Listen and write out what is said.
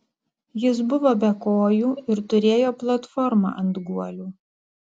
jis buvo be kojų ir turėjo platformą ant guolių